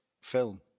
film